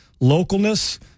localness